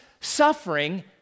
suffering